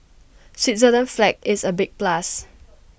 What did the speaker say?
Switzerland's flag is A big plus